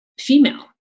female